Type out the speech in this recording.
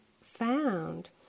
found